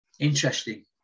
interesting